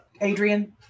Adrian